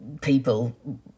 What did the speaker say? People